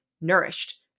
nourished